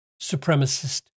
supremacist